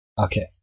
Okay